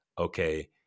okay